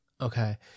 Okay